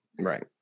Right